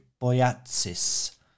Boyatzis